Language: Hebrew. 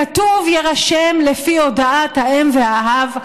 כתוב: "יירשם לפי הודעת האם והאב",